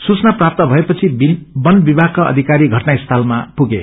सूचना प्राप्त भएपछि बन विभागका अधिकारी घटना स्थलमा पुगे